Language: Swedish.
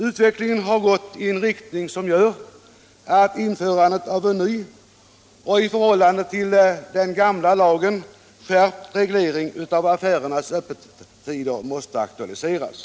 Utvecklingen har gått i en riktning som gör att införandet av en ny och i förhållande till den gamla lagen skärpt reglering av affärernas öppettider måste aktualiseras.